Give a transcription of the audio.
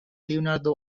leonardo